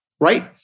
right